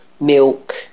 milk